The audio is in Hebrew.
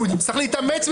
הוא צריך להתאמץ,